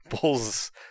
Bull's